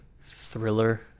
thriller